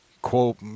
Quote